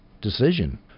Decision